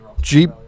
Jeep